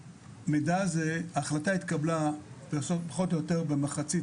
שההחלטה התקבלה פחות או יותר במחצית